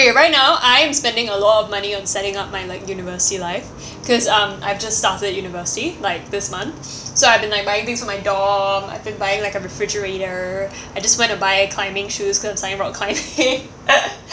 okay right now I'm spending a lot of money on setting up my like university life because um I've just started university like this month so I've been like buying things for my dorm I've been buying like a refrigerator I just went to buy climbing shoes because I'm starting rock climbing